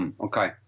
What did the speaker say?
Okay